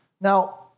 Now